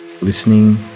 listening